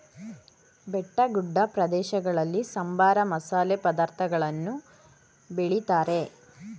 ಬೆಟ್ಟಗುಡ್ಡ ಪ್ರದೇಶಗಳಲ್ಲಿ ಸಾಂಬಾರ, ಮಸಾಲೆ ಪದಾರ್ಥಗಳನ್ನು ಬೆಳಿತಾರೆ